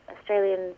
Australian